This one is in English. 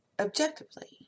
objectively